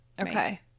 Okay